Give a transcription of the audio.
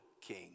king